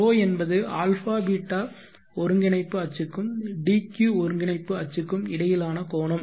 ρ என்பது αβ ஒருங்கிணைப்பு அச்சுக்கும் dq ஒருங்கிணைப்பு அச்சுக்கும் இடையிலான கோணம்